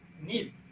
need